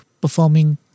performing